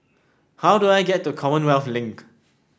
how do I get to Commonwealth Link